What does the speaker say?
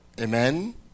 amen